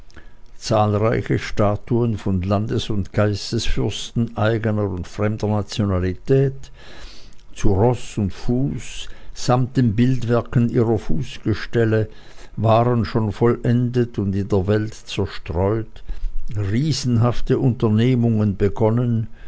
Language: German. zahlreiche statuen von landes und geistesfürsten eigener und fremder nationalität zu roß und fuß samt den bildwerken ihrer fußgestelle waren schon vollendet und in der welt zerstreut riesenhafte unternehmungen begonnen